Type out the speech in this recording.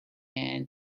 and